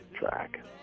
track